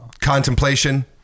contemplation